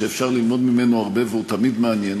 שאפשר ללמוד ממנו הרבה והוא תמיד מעניין,